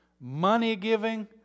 money-giving